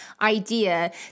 idea